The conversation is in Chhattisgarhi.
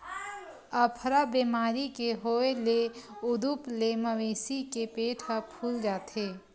अफरा बेमारी के होए ले उदूप ले मवेशी के पेट ह फूल जाथे